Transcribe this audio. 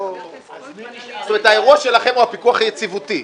זאת אומרת, האירוע שלכם הוא הפיקוח היציבותי.